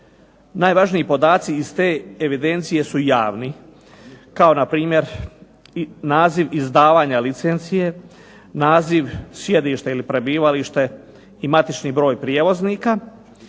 Najvažniji podaci iz te evidencije su javni, kao na primjer naziv izdavanja licencije, naziv sjedišta ili prebivalište i matični broj prijevoznika,